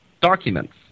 documents